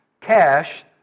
cash